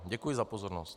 Děkuji za pozornost.